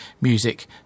music